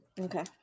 Okay